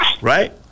right